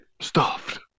stuffed